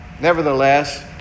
Nevertheless